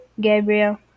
Gabriel